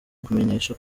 kubamenyesha